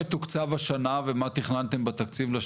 נתונים בריאותיים בתקופה די ארוכה של